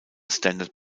standard